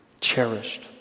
cherished